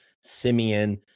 Simeon